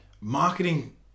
marketing